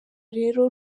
rero